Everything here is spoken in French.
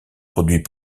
produit